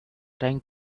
trying